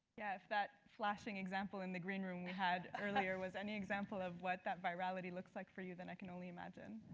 yeah, if that flashing example in the green room we had earlier was any example of what that virality looks like for you then i can only imagine.